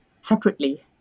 separately